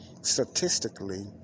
statistically